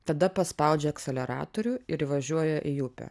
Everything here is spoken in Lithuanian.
tada paspaudžia akseleratorių ir įvažiuoja į upę